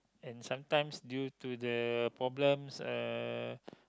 and sometimes due to the problems uh